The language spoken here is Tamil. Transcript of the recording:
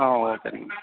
ah okay ma'am